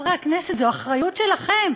חברי חברי הכנסת, זו אחריות שלכם.